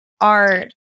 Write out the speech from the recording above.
art